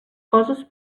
coses